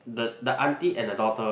the the aunty and the daughter